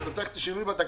אתה צריך שינויים בתקציב?